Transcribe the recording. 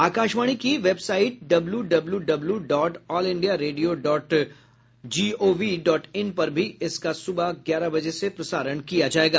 आकाशवाणी की website W W W dot all India radio dot gov dot in पर भी इसका सुबह ग्यारह बजे से प्रसारण किया जाएगा